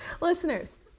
listeners